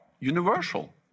universal